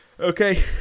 Okay